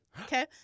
Okay